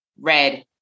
red